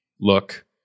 look